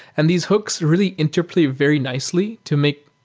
and these hooks really interplead very nicely to make,